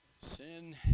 Sin